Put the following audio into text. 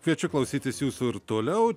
kviečiu klausytis jūsų ir toliau